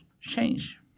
change